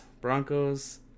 Broncos